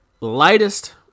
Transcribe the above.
lightest